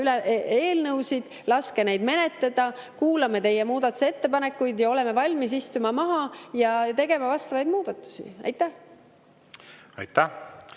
eelnõusid, laske neid menetleda. Kuulame teie muudatusettepanekuid, oleme valmis istuma maha ja tegema vastavaid muudatusi. Aitäh!